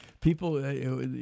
people